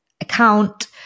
account